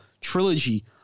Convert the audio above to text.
trilogy